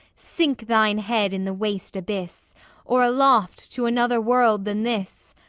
sink thine head in the waste abyss or aloft to another world than this,